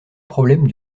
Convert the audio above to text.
problème